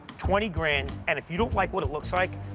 twenty grand, and if you don't like what it looks like,